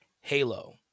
halo